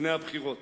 לפני הבחירות.